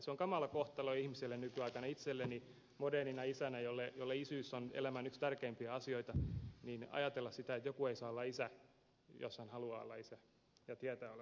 se on kamala kohtalo ihmiselle nykyaikana itselleni modernina isänä jolle isyys on yksi elämän tärkeimpiä asioita ajatella sitä että joku ei saa olla isä jos hän haluaa olla isä ja tietää olevansa isä